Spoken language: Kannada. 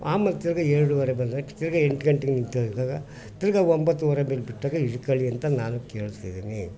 ಆಮೇಲ್ ತಿರ್ಗಿ ಎರಡುವರೆಗೆ ಬರ್ತದೆ ತಿರ್ಗಿ ಎಂಟು ಗಂಟೆಗೆ ತಿರ್ಗಿ ಒಂಬತ್ತುವರೆ ಮೇಲೆ ಬಿಡು ಬಿಟ್ಟಾಗ ಹಿಡ್ಕೊಳಿ ಅಂತ ನಾನು ಕೇಳ್ತಿದೀನಿ